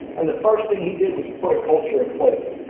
and the first thing he did was put a culture in place.